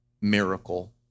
miracle